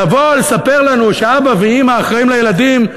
לבוא ולספר לנו שאבא ואימא אחראים לילדים?